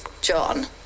John